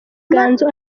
ganzo